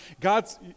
God's